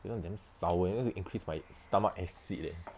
this [one] damn sour eh you want to increase my stomach acid eh